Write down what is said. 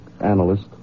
analyst